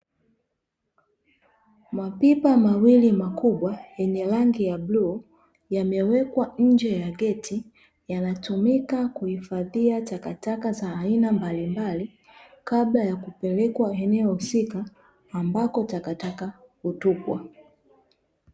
Mapipa mawili makubwa yenye rangi ya bluu yamewekwa nje ya geti yanatumika kuhifadhia takataka za aina mbalimbali kabla ya kupelekwa eneo husika ambako takataka hutupwa.